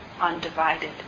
undivided